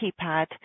keypad